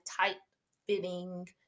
tight-fitting